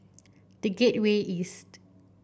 The Gateway East